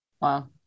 wow